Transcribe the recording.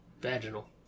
Vaginal